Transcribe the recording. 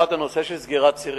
1. הנושא של סגירת צירים,